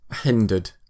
hindered